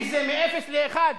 כי זה מאפס לאחד,